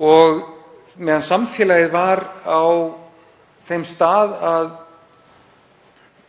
og meðan samfélagið var á þeim stað að